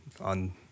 on